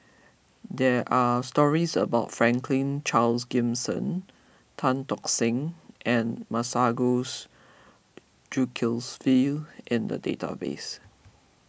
there are stories about Franklin Charles Gimson Tan Tock Seng and Masagos Zulkifli in the database